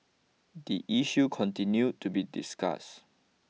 the issue continue to be discussed